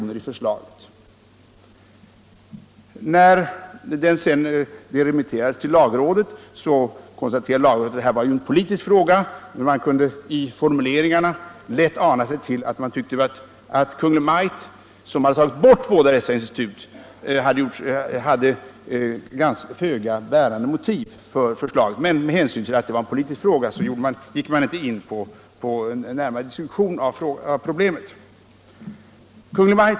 När förslaget sedan remitterades till lagrådet konstaterades att man av formuleringarna lätt kunde förstå att Kungl. Maj:t, som föreslagit borttagande av de båda nämnda instituten, inte hade bärande motiv för detta — men med hänsyn till att det var en politisk fråga gick man inte in på närmare diskussion av problemet.